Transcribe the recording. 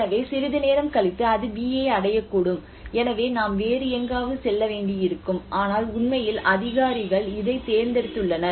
எனவே சிறிது நேரம் கழித்து அது B ஐ அடையக்கூடும் எனவே நாம் வேறு எங்காவது செல்ல வேண்டியிருக்கும் ஆனால் உண்மையில் அதிகாரிகள் இதைத் தேர்ந்தெடுத்துள்ளனர்